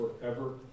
forever